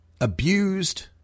abused